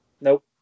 Nope